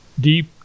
deep